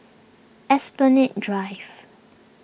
Esplanade Drive